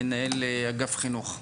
מנהל אגף חינוך,